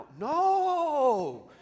No